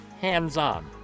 hands-on